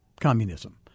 communism